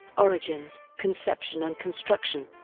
origins, conception and construction